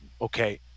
okay